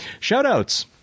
Shoutouts